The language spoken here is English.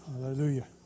Hallelujah